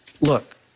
Look